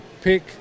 pick